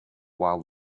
while